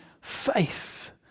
faith